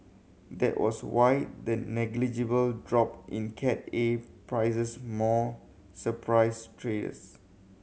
that was why the negligible drop in Cat A prices more surprised traders